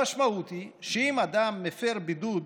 המשמעות היא שאם אדם מפר בידוד,